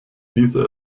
dieser